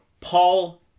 Paul